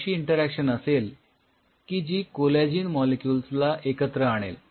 ही अशी इंटरॅक्शन असेल की जी कोलॅजिन मॉलिक्युल्स ला एकत्र आणेल